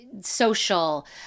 social